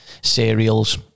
cereals